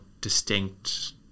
distinct